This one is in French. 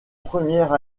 première